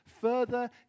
further